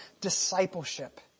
discipleship